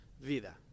vida